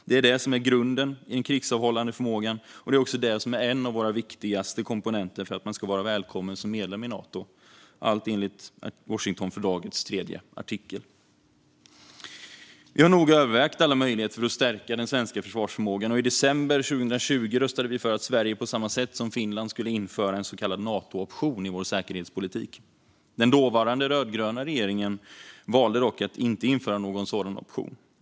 Det är detta som är grunden i den krigsavhållande förmågan, och det är också en av de viktigaste komponenterna för att vara välkommen som medlem i Nato, allt enligt Washingtonfördragets tredje artikel. Vi har noga övervägt alla möjligheter att stärka den svenska försvarsförmågan. I december 2020 röstade vi för att Sverige på samma sätt som Finland skulle införa en så kallad Natooption i vår säkerhetspolitik. Den dåvarande rödgröna regeringen valde dock att inte införa någon sådan option.